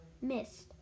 Missed